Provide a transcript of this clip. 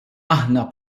aħna